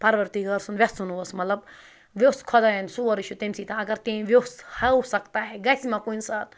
پَروَردِگار سُنٛد وٮ۪ژھُن اوس مطلب ویوٚژھ خۄایَن سورُے چھِ تٔمۍ سٕے تانۍ اگر تٔمۍ ویوٚژھ ہو سکتا ہے گژھِ ما کُنہِ ساتہٕ